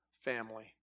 family